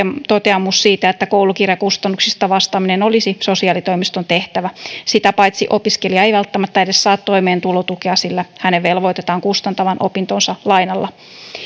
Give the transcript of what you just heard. toteamus siitä että koulukirjakustannuksista vastaaminen olisi sosiaalitoimiston tehtävä sitä paitsi opiskelija ei välttämättä edes saa toimeentulotukea sillä hänet velvoitetaan kustantamaan opintonsa lainalla